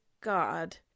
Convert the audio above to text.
God